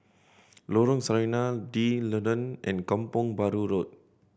Lorong Sarina D'Leedon and Kampong Bahru Road